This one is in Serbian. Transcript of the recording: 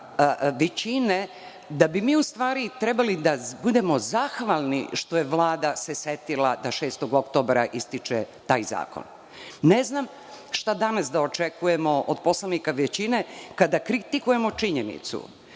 većine da bi mi trebali da budemo zahvalni što se Vlada setila da 6. oktobra ističe taj zakon. Ne znam šta danas da očekujemo od poslanika većine, kada kritikujemo činjenicu